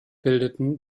bildeten